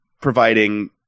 providing